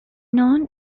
known